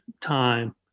time